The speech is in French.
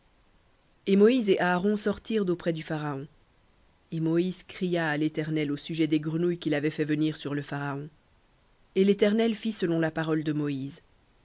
et moïse et aaron sortirent d'auprès du pharaon et moïse cria à l'éternel au sujet des grenouilles qu'il avait fait venir sur le pharaon et l'éternel fit selon la parole de moïse